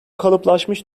kalıplaşmış